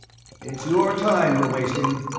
it's your time we're wasting.